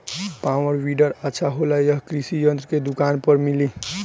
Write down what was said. Power weeder अच्छा होला यह कृषि यंत्र के दुकान पर मिली?